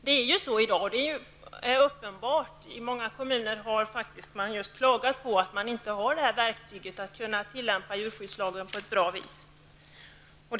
Det är ju uppenbart att det är på det här viset i dag. I många kommuner har man klagat på att man inte har verktyg för att kunna tillämpa djurskyddslagen på ett bra sätt.